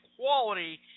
quality